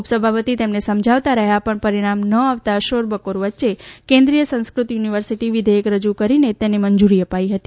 ઉપસભાપતિ તેમને સમજાવતા રહ્યા પણ પરિણામ ન આવતા શોરબકોર વચ્ચે કેન્દ્રિય સંસ્કૃત યુનિવર્સિટી વિધેયક રજુ કરીને તેને મંજુરી અપાઇ હતી